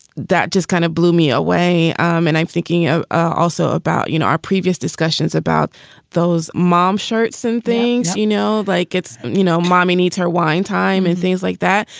that just kind of blew me away. um and i'm thinking also about, you know, our previous discussions about those mom shirts and things, you know, like it's, you know, mommy needs her wine time and things like that.